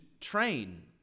train